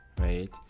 Right